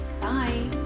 Bye